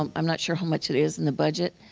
um i'm not sure how much it is in the budget.